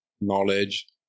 knowledge